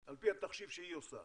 על פי התחשיב שהיא עושה.